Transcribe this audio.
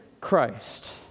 Christ